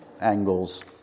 angles